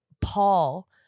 Paul